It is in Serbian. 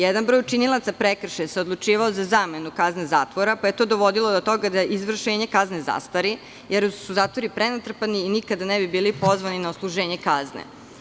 Jedan broj učinilaca prekršaja se odlučivao za zamenu kazne zatvora, pa je to dovodilo do toga da izvršenje kazne zastari, jer su zatvori prenatrpani i nikada ne bi bili pozvani na odsluženje kazne.